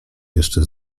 jeszcze